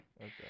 Okay